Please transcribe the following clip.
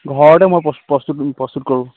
ঘৰতে মই প্ৰছ প্ৰস্তুত প্ৰস্তুত কৰোঁ